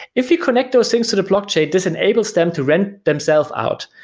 if you connect those things to the blockchain, this enables them to rent themselves out.